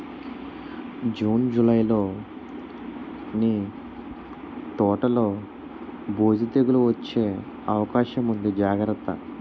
June, జూలైలో నీ తోటలో బూజు, తెగులూ వచ్చే అవకాశముంది జాగ్రత్త